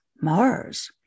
Mars